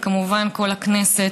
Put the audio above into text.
וכמובן כל הכנסת,